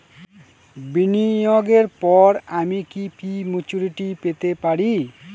বিনিয়োগের পর আমি কি প্রিম্যচুরিটি পেতে পারি?